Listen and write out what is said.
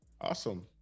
Awesome